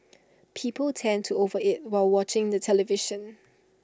people tend to over eat while watching the television